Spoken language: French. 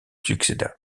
succéda